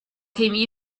came